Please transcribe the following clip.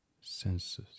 senses